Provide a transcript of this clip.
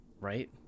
Right